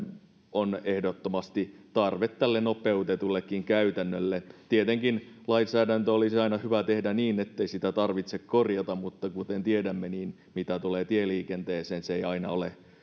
on ehdottomasti tarve tälle nopeutetullekin käytännölle tietenkin lainsäädäntö olisi aina hyvä tehdä niin ettei sitä tarvitse korjata mutta kuten tiedämme mitä tulee tieliikenteeseen se ei aina ole